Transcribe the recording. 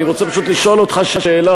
אני פשוט רוצה לשאול אותך שאלה,